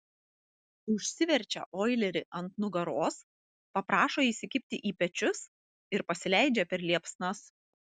užsiverčia oilerį ant nugaros paprašo įsikibti į pečius ir pasileidžia per liepsnas